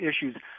issues